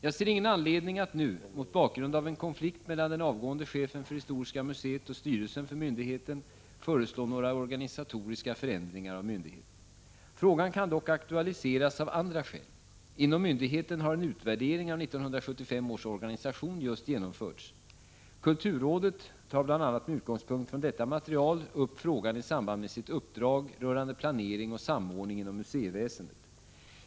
Jag ser ingen anledning att nu, mot bakgrund av en konflikt mellan den avgående chefen för historiska museet och styrelsen för myndigheten, föreslå några organisatoriska förändringar av myndigheten. Frågan kan dock aktualiseras av andra skäl. Inom myndigheten har en utvärdering av 1975 års organisation just genomförts. Kulturrådet tar bl.a. med utgångspunkt i detta material upp frågan i samband med sitt uppdrag rörande planering och samordning inom museiväsendet.